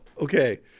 okay